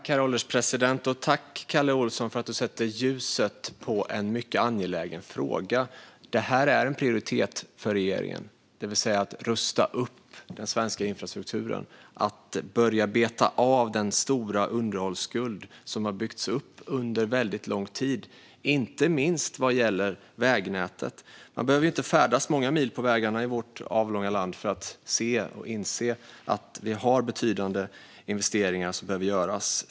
Herr ålderspresident! Tack, Kalle Olsson, för att du sätter ljuset på en mycket angelägen fråga! Det här är en prioritet för regeringen - att rusta upp den svenska infrastrukturen, att börja beta av den stora underhållsskuld som har byggts upp under väldigt lång tid, inte minst vad gäller vägnätet. Man behöver inte färdas många mil på vägarna i vårt avlånga land för att se och inse att betydande investeringar behöver göras.